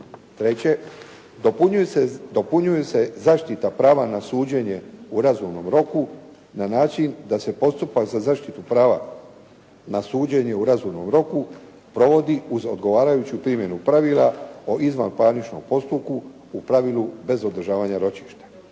Treće, dopunjuju se zaštita prava na suđenje u razumnom roku na način da se postupak za zaštitu prava na suđenje u razumnom roku provodi uz odgovarajuću primjenu pravila o izvanparničnom postupku u pravilu bez održavanja ročišta.